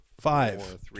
five